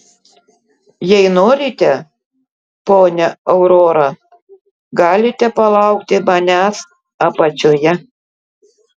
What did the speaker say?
jei norite ponia aurora galite palaukti manęs apačioje